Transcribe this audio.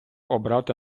обрати